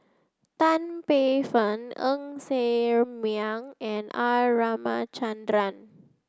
Tan Paey Fern Ng Ser Miang and R Ramachandran